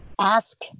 ask